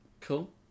Cool